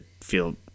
feel